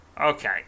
Okay